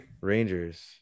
Rangers